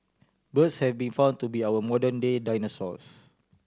birds have been found to be our modern day dinosaurs